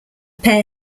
pair